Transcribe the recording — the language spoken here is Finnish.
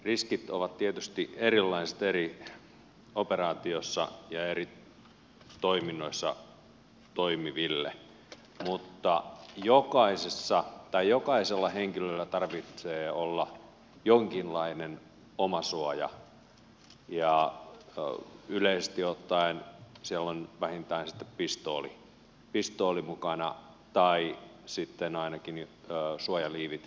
riskit ovat tietysti erilaiset eri operaatioissa ja toiminnoissa toimiville mutta jokaisella henkilöllä tarvitsee olla jonkinlainen omasuoja ja yleisesti ottaen se on vähintään sitten pistooli mukana tai sitten ainakin suojaliivit kypärät ynnä muut